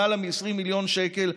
למעלה מ-20 מיליון שקל,